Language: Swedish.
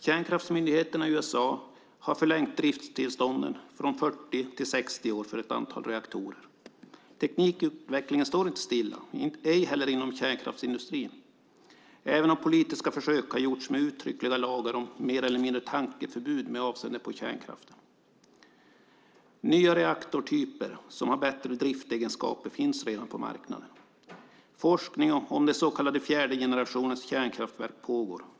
Kärnkraftsmyndigheterna i USA har förlängt drifttillstånden från 40 till 60 år för ett antal reaktorer. Teknikutvecklingen står inte stilla, inte heller inom kärnkraftsindustrin även om politiska försök har gjorts med uttryckliga lagar, mer eller mindre, om tankeförbud med avseende på kärnkraften. Nya reaktortyper som har bättre driftegenskaper finns redan på marknaden. Forskning om den så kallade fjärde generationens kärnkraftverk pågår.